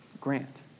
Grant